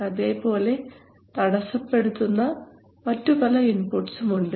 അതേപോലെ തടസ്സപ്പെടുത്തുന്ന മറ്റു പല ഇൻപുട്ട്സും ഉണ്ട്